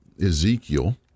Ezekiel